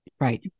Right